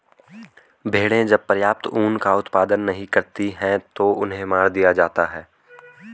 भेड़ें जब पर्याप्त ऊन का उत्पादन नहीं करती हैं तो उन्हें मार दिया जाता है